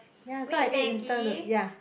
ya that's why I ate instant ya